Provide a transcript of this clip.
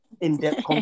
in-depth